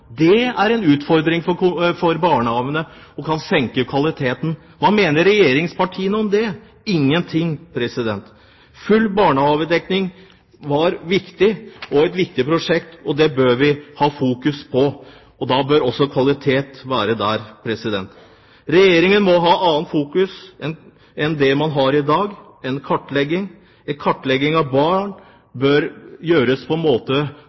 Dette er en utfordring for barnehagene, og det kan senke kvaliteten. Hva mener regjeringspartiene om det? Ingenting! Full barnehagedekning var et viktig prosjekt, og det bør vi fokusere på. Da bør også kvaliteten være der. Regjeringen må ha et annet fokus enn fokus på kartlegging, som den har i dag. En kartlegging av barn bør gjøres på